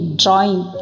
drawing